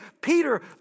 Peter